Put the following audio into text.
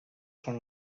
són